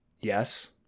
Yes